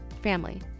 family